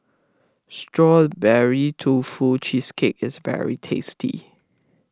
Strawberry Tofu Cheesecake is very tasty